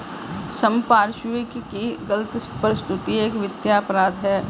संपार्श्विक की गलत प्रस्तुति एक वित्तीय अपराध है